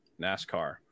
NASCAR